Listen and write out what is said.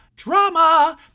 drama